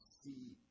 see